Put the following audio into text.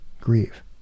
grieve